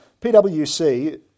PWC